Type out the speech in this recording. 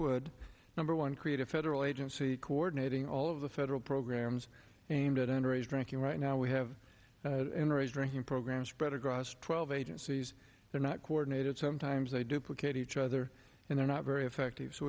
would number one create a federal agency coordinating all of the federal programs aimed at under age drinking right now we have raised drinking programs spread across twelve agencies they're not coordinated sometimes they duplicate each other and they're not very effective so